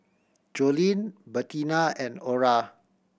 Joleen Bertina and Orra